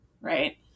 Right